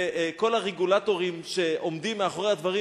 וכל הרגולטורים שעומדים מאחורי הדברים